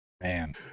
Man